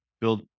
build